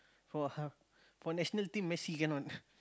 for ha~ for national team Messi cannot